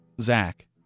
Zach